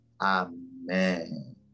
Amen